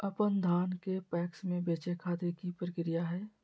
अपन धान के पैक्स मैं बेचे खातिर की प्रक्रिया हय?